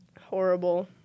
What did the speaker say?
horrible